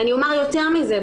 אני אומר יותר מזה,